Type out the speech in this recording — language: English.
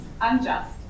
unjust